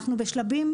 אנחנו בשלבים,